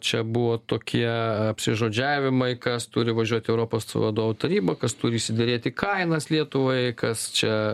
čia buvo tokie apsižodžiavimai kas turi važiuoti į europos vadovų tarybą kas turi išsiderėti kainas lietuvoje kas čia